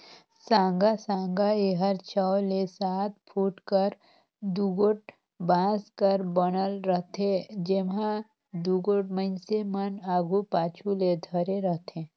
साँगा साँगा एहर छव ले सात फुट कर दुगोट बांस कर बनल रहथे, जेम्हा दुगोट मइनसे मन आघु पाछू ले धरे रहथे